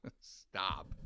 Stop